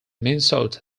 minnesota